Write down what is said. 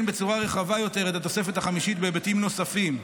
בצורה רחבה יותר את התוספת החמישית בהיבטים נוספים.